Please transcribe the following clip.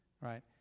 right